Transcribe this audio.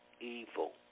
evil